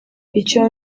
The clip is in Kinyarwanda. icyo